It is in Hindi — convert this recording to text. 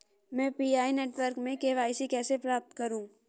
मैं पी.आई नेटवर्क में के.वाई.सी कैसे प्राप्त करूँ?